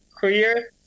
career